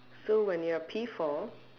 so when you're P-four